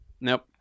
nope